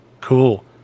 Cool